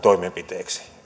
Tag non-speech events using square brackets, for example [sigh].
[unintelligible] toimenpiteeksi